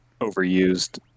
overused